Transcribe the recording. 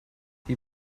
die